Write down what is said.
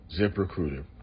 ZipRecruiter